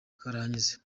karahanyuze